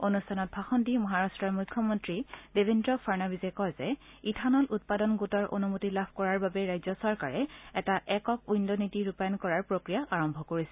অনুষ্ঠানত ভাষণ দি মহাৰাট্টৰ মুখ্যমন্ত্ৰী দেবেন্দ্ৰ ফাড়নাবিজে কয় যে ইথানল উৎপাদন গোটৰ অনুমতি লাভ কৰাৰ বাবে ৰাজ্য চৰকাৰে এটা একক উইনড নীতি ৰূপায়ণ কৰাৰ প্ৰক্ৰিয়া আৰম্ভ কৰিছে